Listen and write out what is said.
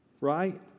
Right